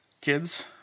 kids